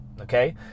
okay